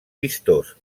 vistós